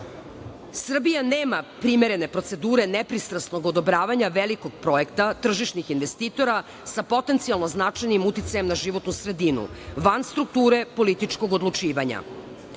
nema primerene procedure nepristrasnog odobravanja velikog projekta tržišnih investitora, sa potencijalno značajnim uticajem na životnu sredinu van strukture političkog odlučivanja.